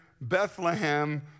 Bethlehem